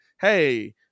hey –